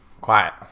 quiet